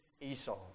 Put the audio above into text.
Esau